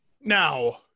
Now